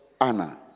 Anna